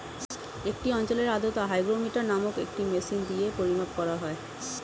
একটি অঞ্চলের আর্দ্রতা হাইগ্রোমিটার নামক একটি মেশিন দিয়ে পরিমাপ করা হয়